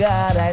God